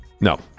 No